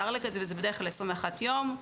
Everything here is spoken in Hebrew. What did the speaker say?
זה בדרך כלל 21 יום,